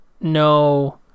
no